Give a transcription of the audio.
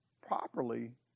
properly